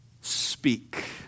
speak